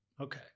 Okay